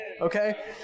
Okay